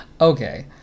Okay